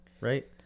right